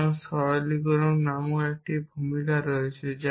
কারণ সরলীকরণ নামক একটি ভূমিকা রয়েছে